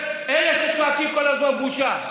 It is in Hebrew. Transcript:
אלה שצועקים כל הזמן בושה.